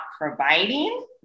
providing